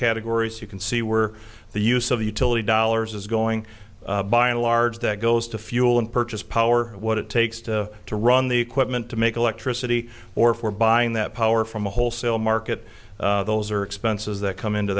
categories you can see were the use of utility dollars is going by and large that goes to fuel and purchase power what it takes to run the equipment to make electricity or for buying that power from a wholesale market those are expenses that come into